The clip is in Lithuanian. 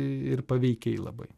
ir paveikiai labai